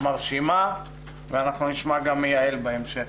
מרשימה ואנחנו נשמע גם מיעל בהמשך.